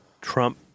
Trump